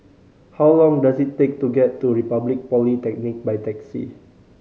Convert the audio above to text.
how long does it take to get to Republic Polytechnic by taxi